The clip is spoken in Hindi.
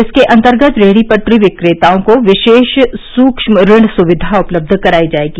इसके अंतर्गत रेहड़ी पटरी विक्रेताओं को विशेष सूक्ष्म ऋण सुविधा उपलब्ध कराई जाएगी